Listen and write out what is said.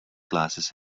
glasses